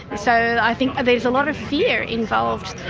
so i think there's a lot of fear involved,